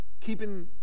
keeping